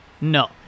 no